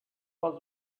was